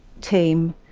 team